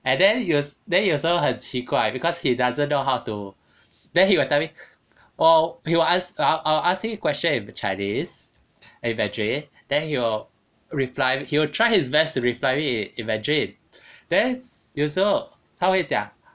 and then you also then you also 很奇怪 because he doesn't know how to then he will tell me 我 he will ask ah I'll ask him question in chinese in mandarin then he will reply he will try his best to reply me in mandarin then 有时候他会讲